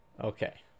Okay